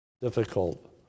difficult